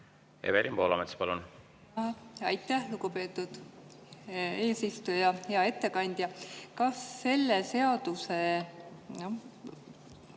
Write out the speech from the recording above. Evelin Poolamets, palun! Aitäh, lugupeetud eesistuja! Hea ettekandja! Kas selle seaduse